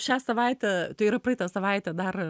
šią savaitę tai yra praeitą savaitę dar